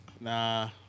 Nah